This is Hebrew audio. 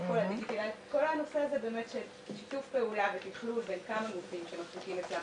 הדיגיטליים שלא מצריכים איכון.